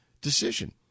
decision